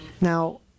Now